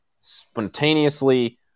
spontaneously